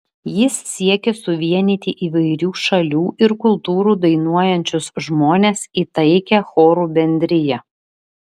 jis siekė suvienyti įvairių šalių ir kultūrų dainuojančius žmones į taikią chorų bendriją